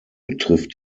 betrifft